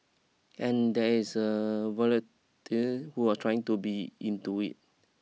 and there is a who were trying to be into it